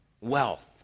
Wealth